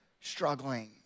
struggling